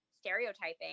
stereotyping